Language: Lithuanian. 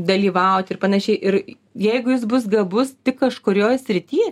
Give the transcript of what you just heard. dalyvaut ir panašiai ir jeigu jis bus gabus tik kažkurioj srity